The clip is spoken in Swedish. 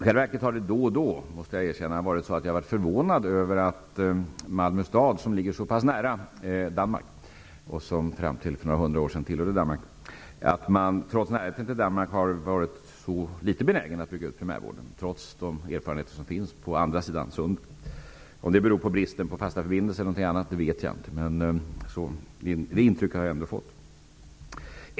Jag måste erkänna att jag i själva verket då och då har varit förvånad över att man har varit så litet benägen att bygga ut primärvården i Malmö trots de erfarenheter som finns på andra sidan sundet. Malmö ligger ju så pass nära Danmark och fram till för några hundra år sedan tillhörde man Danmark. Om det beror på bristen på fasta förbindelser eller på något annat vet jag inte. Detta är ändå det intryck som jag har fått.